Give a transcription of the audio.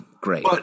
Great